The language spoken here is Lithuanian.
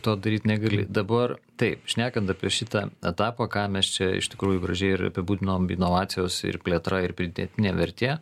to daryt negali dabar taip šnekant apie šitą etapą ką mes čia iš tikrųjų gražiai ir apibūdinom inovacijos ir plėtra ir pridėtinė vertė